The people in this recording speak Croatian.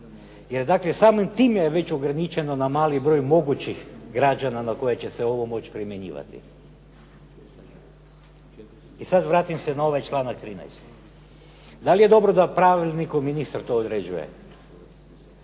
Jer dakle samim tim je već ograničeno na mali broj mogućih građana na koje će se ovo moći primjenjivati. I sad vraćam se na ovaj članak 13. Da li je dobro da pravilnikom ministar to određuje?